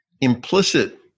Implicit